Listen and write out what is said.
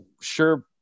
sure